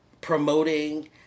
promoting